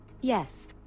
yes